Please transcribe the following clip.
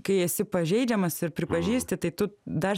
kai esi pažeidžiamas ir pripažįsti tai tu dar